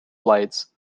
blades